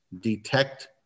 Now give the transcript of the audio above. detect